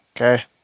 Okay